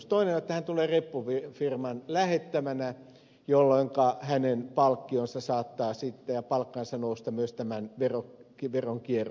toinen on se että hän tulee reppufirman lähettämänä jolloinka hänen palkkionsa saattaa sitten ja palkkansa nousta myös tämän veronkierron kautta